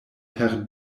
per